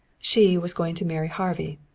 she was going to marry harvey.